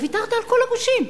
וויתרת על כל הגושים.